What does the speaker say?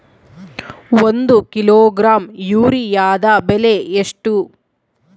ಒಂದು ಕಿಲೋಗ್ರಾಂ ಯೂರಿಯಾದ ಬೆಲೆ ಎಷ್ಟು?